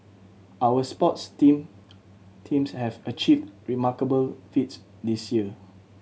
our sports team teams have achieved remarkable feats this year